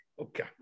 Okay